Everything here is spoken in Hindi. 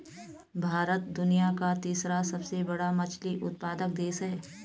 भारत दुनिया का तीसरा सबसे बड़ा मछली उत्पादक देश है